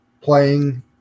playing